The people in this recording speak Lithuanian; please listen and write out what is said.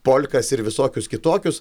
polkas ir visokius kitokius